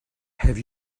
have